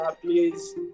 please